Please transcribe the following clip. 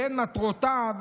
בין מטרותיו,